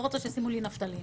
לא רוצה שישימו לי נפטלין.